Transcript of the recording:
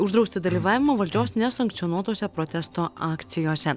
uždrausti dalyvavimą valdžios nesankcionuotose protesto akcijose